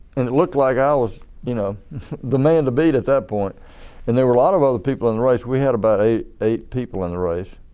and it looked like i was you know the man to beat at that point and there were a lot of other people in the race we had about eight people in the race.